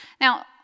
Now